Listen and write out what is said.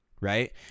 right